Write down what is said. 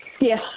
Yes